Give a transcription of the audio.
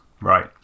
Right